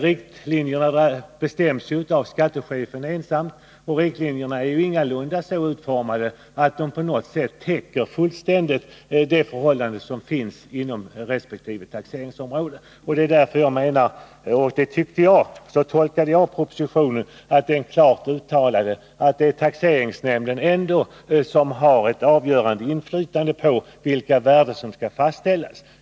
Riktlinjerna bestäms ju av skattechefen ensam, och riktlinjerna är ingalunda så utformade att de fullständigt täcker alla de förhållanden som finns inom resp. taxeringsområde. Jag har tolkat propositionen på det sättet, att det där klart uttalas att det är taxeringsnämnden som har ett avgörande inflytande på vilka taxeringsvärden som skall fastställas.